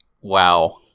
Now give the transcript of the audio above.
wow